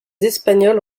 espagnols